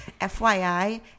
FYI